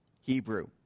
Hebrew